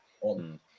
on